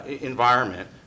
environment